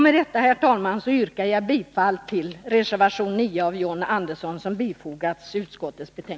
Med detta, herr talman, yrkar jag bifall till reservation 9 av John Andersson.